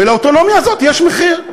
ולאוטונומיה הזאת יש מחיר.